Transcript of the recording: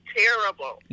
terrible